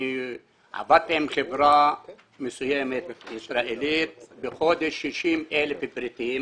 עבדתי עם חברה מסוימת ישראלית ובחודש סיפקתי 60,000 פריטים.